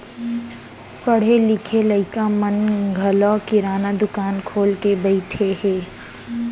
पढ़े लिखे लइका मन घलौ किराना दुकान खोल के बइठे हें